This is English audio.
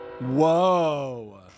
Whoa